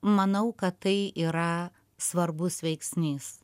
manau kad tai yra svarbus veiksnys